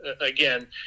Again